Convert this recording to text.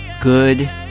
good